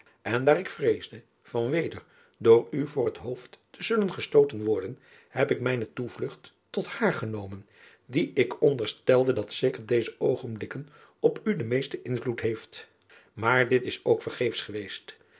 en daar ik vreesde van weder door u voor het hoofd te zullen gestooten worden heb ik mijne toevlugt tot haar genomen die ik onderstelde dat zeker deze oogenblikken op u den meesten invloed heeft aar dit is ook vergeefs geweest